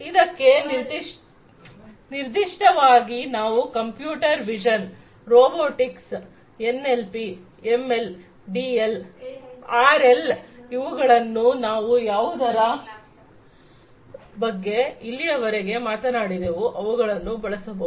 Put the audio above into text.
ಇದಕ್ಕೆ ನಿರ್ದಿಷ್ಟವಾಗಿ ನೀವು computer vision robotics N L P M L DL R L ಎಲ್ಲವುಗಳನ್ನು ನಾವು ಯಾವುದರ ಬಗ್ಗೆ ಇಲ್ಲಿಯವರೆಗೆ ಮಾತನಾಡಿದೆವು ಅವುಗಳನ್ನು ಬಳಸಬಹುದು